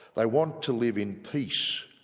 they want to live in peace,